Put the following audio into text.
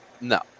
No